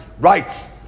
rights